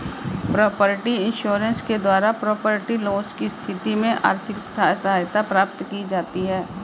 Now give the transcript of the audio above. property insurance के द्वारा property loss की स्थिति में आर्थिक सहायता प्राप्त की जाती है